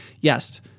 Yes